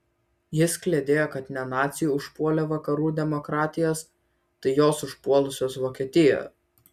jis kliedėjo kad ne naciai užpuolė vakarų demokratijas tai jos užpuolusios vokietiją